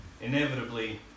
inevitably